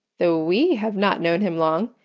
though we have not known him long,